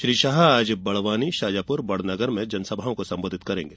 श्री शाह आज बड़वानी शाजापुर बड़नगर में सभा को संबोधित करेंगे